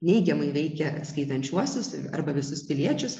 neigiamai veikia skaitančiuosius arba visus piliečius